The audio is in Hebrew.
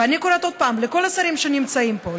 ואני קוראת עוד פעם לכל השרים שנמצאים פה,